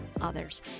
others